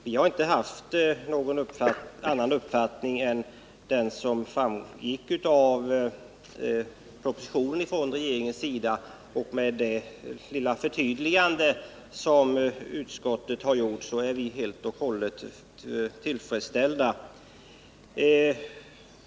Vi har inte haft någon annan uppfattning än den som framgick av propositionen, och med det lilla förtydligandet som utskottet har gjort är vi helt och hållet till freds.